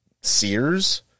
Sears